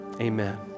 amen